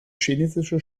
chinesische